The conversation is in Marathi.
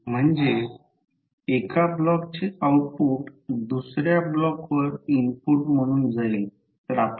तर A B म्हणजे B Fm l म्हणजे Fm l